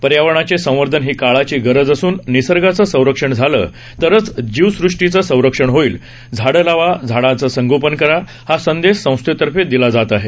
पर्यावरणाचे संवर्धन ही काळाची गरज असून निसर्गाचं संरक्षण झालं तरंच जीवसृष्टीचं संरक्षण होईल झाडं लावा झाडांचं संगोपन करा हा संदेश संस्थेतर्फे दिला जात आहे